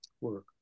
work